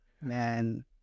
man